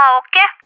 okay